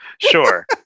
Sure